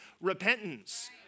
repentance